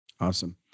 Awesome